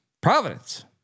Providence